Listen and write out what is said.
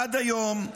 עד היום,